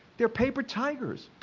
their paper tigers,